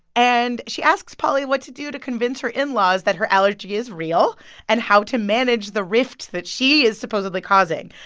and she asks polly what to do to convince her in-laws that her allergy is real and how to manage the rift that she is supposedly causing.